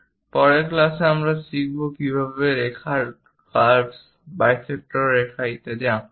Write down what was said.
পরের ক্লাসে আমরা শিখব কিভাবে রেখার কার্ভস বাইসেক্টর রেখা ইত্যাদি আঁকতে হয়